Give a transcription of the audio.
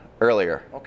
earlier